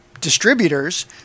distributors